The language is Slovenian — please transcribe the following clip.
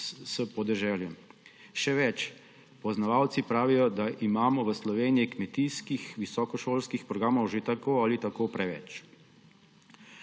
s podeželjem. Še več, poznavalci pravijo, da imamo v Sloveniji kmetijskih visokošolskih programov že tako ali tako preveč.